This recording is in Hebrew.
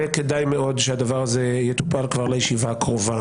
וכדאי מאוד שהדבר הזה יטופל כבר לישיבה הקרובה